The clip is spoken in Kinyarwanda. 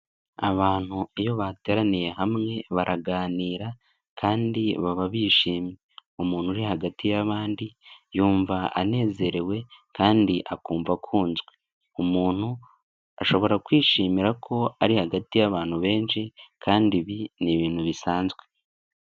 Abantu iyo bateraniye hamwe, baraganira kandi baba bishimye. Umuntu uri hagati y'abandi yumva anezerewe kandi akumva akunzwe. Umuntu ashobora kwishimira ko ari hagati y'abantu benshi kandi ibi ni ibintu bisanzwe.